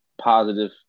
Positive